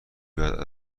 بیاد